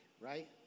right